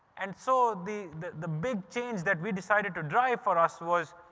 and so the the the big change that we decided to drive for us was,